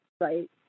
right